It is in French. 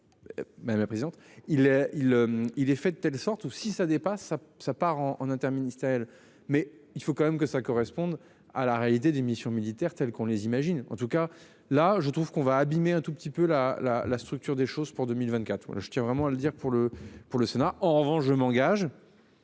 Madame la présidente, il il il est fait de telle sorte ou si ça dépasse, ça ça part en en interministériel. Mais il faut quand même que ça corresponde à la réalité des missions militaires tels qu'on les imagine en tout cas là je trouve qu'on va abîmer un tout petit peu la la la structure des choses pour 2024. Je tiens vraiment à le dire pour le, pour le Sénat. En revanche, je m'engage.